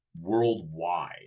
worldwide